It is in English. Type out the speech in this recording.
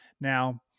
Now